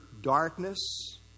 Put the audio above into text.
darkness